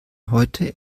heute